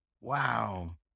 Wow